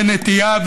לנטייה,